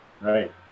right